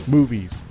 Movies